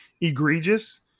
egregious